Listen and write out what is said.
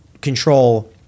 control